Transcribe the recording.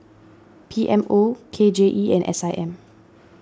P M O K J E and S I M